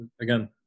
Again